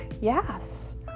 yes